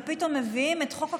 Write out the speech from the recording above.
פתאום מביאים את חוק הקורונה.